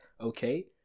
okay